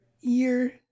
year